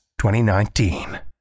2019